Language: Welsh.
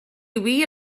wir